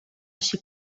així